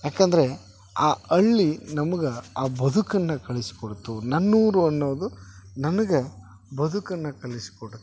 ಯಾಕೆಂದ್ರೆ ಆ ಹಳ್ಳಿ ನಮ್ಗೆ ಆ ಬದುಕನ್ನು ಕಲಿಸಿಕೊಡ್ತು ನನ್ನೂರು ಅನ್ನೋದು ನನ್ಗೆ ಬದುಕನ್ನು ಕಲಿಸಿಕೊಡ್ತು